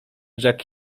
rzekł